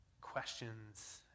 questions